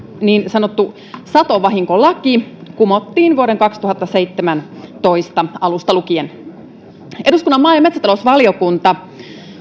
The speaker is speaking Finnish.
niin sanottu satovahinkolaki kumottiin vuoden kaksituhattaseitsemäntoista alusta lukien eduskunnan maa ja metsätalousvaliokunta